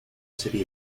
city